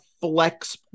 flex